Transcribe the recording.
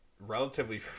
relatively